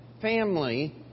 family